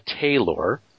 Taylor